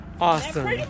Awesome